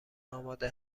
آماده